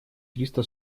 триста